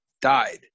died